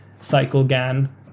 CycleGAN